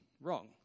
wrong